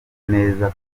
neza